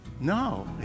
No